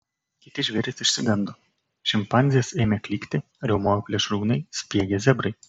kiti žvėrys išsigando šimpanzės ėmė klykti riaumojo plėšrūnai spiegė zebrai